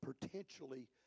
potentially